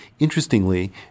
Interestingly